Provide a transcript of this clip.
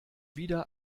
wieder